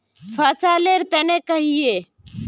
फसल लेर तने कहिए?